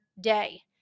day